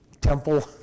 temple